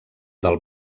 del